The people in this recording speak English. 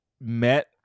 met